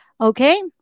Okay